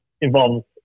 involves